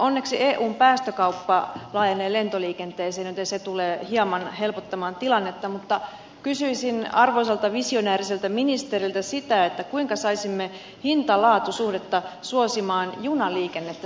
onneksi eun päästökauppa laajenee lentoliikenteeseen joten se tulee hieman helpottamaan tilannetta mutta kysyisin arvoisalta visionääriseltä ministeriltä sitä kuinka saisimme hintalaatu suhteen suosimaan junaliikennettä selvästi enemmän